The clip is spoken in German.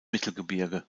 mittelgebirge